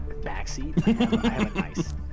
backseat